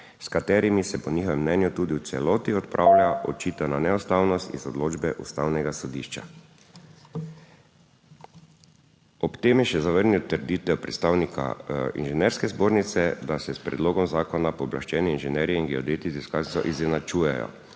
s katerimi se po njihovem mnenju tudi v celoti odpravlja očitana neustavnost iz odločbe Ustavnega sodišča. Ob tem je še zavrnil trditev predstavnika Inženirske zbornice, da se s predlogom zakona pooblaščeni inženirji in geodeti z izkaznico izenačujejo,